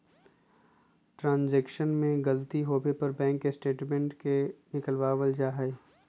transaction में गलती होवे पर बैंक स्टेटमेंट के निकलवावल जा हई